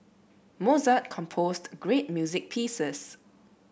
Mozart composed great music pieces